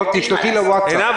עינב,